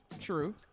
True